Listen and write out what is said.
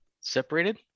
separated